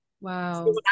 Wow